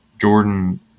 Jordan